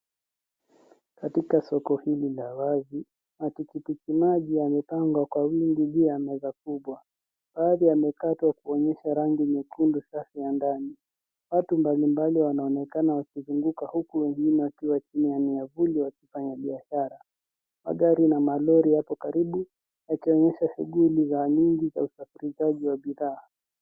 Katika soko la hindi lililojawa, yamepangwa kwa lingi juu ya meza kubwa. Wali yaliyokatwa yanaonyesha rangi ya kulu ndani. Latu mbalimbali yanaonekana na wachunguzaji wakizunguka huku wakiwa kimya ni yabudi wakifanya biashara. Magari na malori yako karibu, yakionyesha shughuli nyingi za usafirishaji zikiendelea.